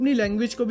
language